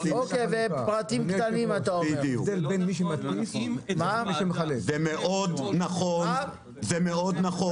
בקולכם אתם מציגים מציאות שאם אני